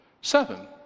Seven